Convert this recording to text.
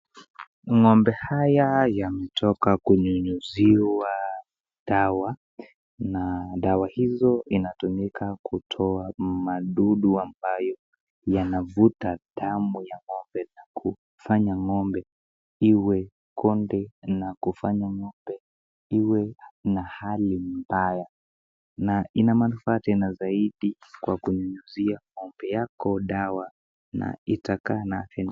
Ng'ombe haya yametoka kunyunyuziwa dawa na dawa hizo inatumika kutoa madudu ambayo yanavuta damu ya ng'ombe na kufanya ng'ombe iwe konde na kufanya ng'ombe iwe na hali mbaya na ina manufaa tena zaidi kwa kunyunyuzia ng'ombe yako dawa itakaa na afya njema.